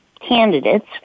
candidates